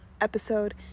episode